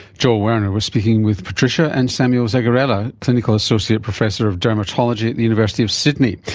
joel werner was speaking with patricia, and samuel zagarella, clinical associate professor of dermatology at the university of sydney.